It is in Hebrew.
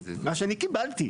מה שאני קיבלתי,